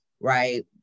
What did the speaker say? right